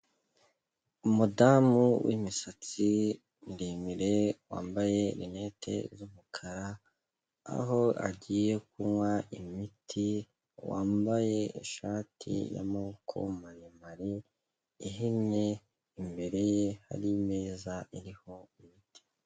Umudamu w'imisatsi miremire wambaye rinete z'umukara, aho agiye kunywa imiti wambaye ishati y'amaboko maremare ihinnye, imbere ye hari imeza iriho imiti.